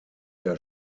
der